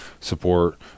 support